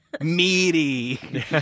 meaty